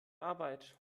arbeit